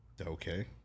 Okay